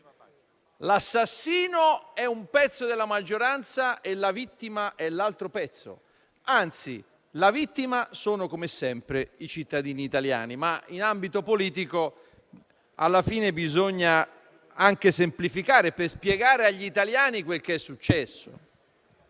l'assassino è un pezzo della maggioranza e la vittima è l'altro pezzo. Anzi, vittime sono, come sempre, i cittadini italiani. In ambito politico, alla fine, bisogna anche semplificare per spiegare agli italiani quel che è successo.